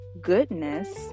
goodness